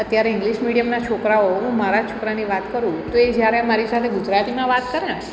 અત્યારે ઇંગ્લિશ મીડિયમના છોકરાઓ મારા છોકરાની વાત કરું તો એ જ્યારે મારી સાથે ગુજરાતીમાં વાત કરે ને